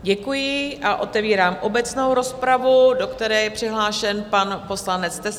Děkuji a otevírám obecnou rozpravu, do které je přihlášen pan poslanec Tesařík.